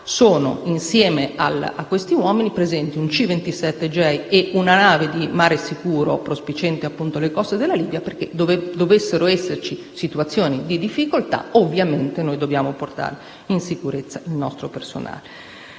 insieme a questi uomini sono presenti un C-27J e una nave di Mare Sicuro, prospiciente le coste della Libia, perché, se dovessero esserci situazioni di difficoltà, ovviamente noi dobbiamo portare in sicurezza il nostro personale.